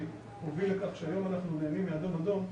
הוביל לכך שהיום אנחנו נהנים מאדום אדום,